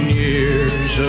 years